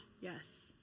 Yes